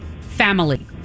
family